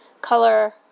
color